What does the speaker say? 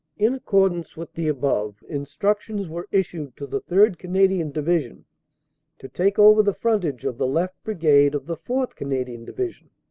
in accordance with the above, instructions were issued to the third. canadian division to take over the frontage of the left brigade of the fourth. canadian division.